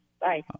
bye